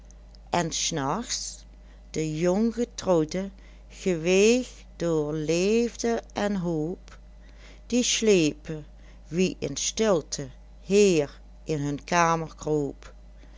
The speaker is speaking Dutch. en s nachts de jonggetrouwden geweegd door leefd en hoop die sleepen wie in stélte heer in hun kamer kroop